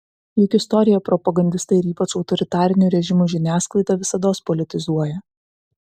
juk istoriją propagandistai ir ypač autoritarinių režimų žiniasklaida visados politizuoja